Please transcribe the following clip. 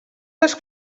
les